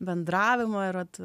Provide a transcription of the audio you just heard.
bendravimo ir vat